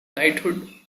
knighthood